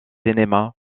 cinéma